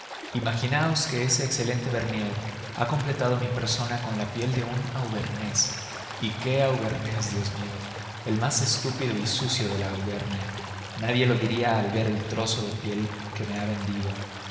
imaginaos que ese excelente bernier ha completado mi persona con la piel de un auvernés y qué auvernés dios mío el más estúpido y sucio de la auvernia nadie lo diría al ver el trozo de piel que me ha vendido